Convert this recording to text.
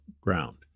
ground